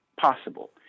possible